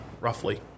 roughly